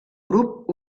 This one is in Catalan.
grup